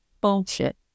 Bullshit